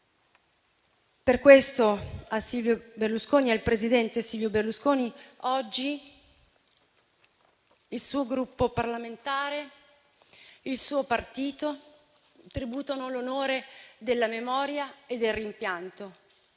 Per questo, al presidente Silvio Berlusconi oggi il suo Gruppo parlamentare, il suo partito, tributano l'onore della memoria e del rimpianto,